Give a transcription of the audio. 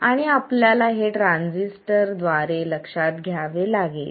आणि आपल्याला हे ट्रान्झिस्टर द्वारे लक्षात घ्यावे लागेल